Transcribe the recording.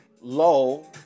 low